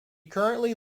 currently